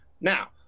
Now